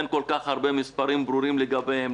אין כל כך הרבה מספרים ברורים לגביהם,